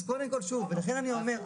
אז קודם כל, שוב, לכן אני אומר,